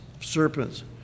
Serpents